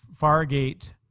Fargate